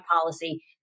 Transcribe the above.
policy